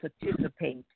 participate